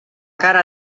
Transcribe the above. cara